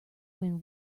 when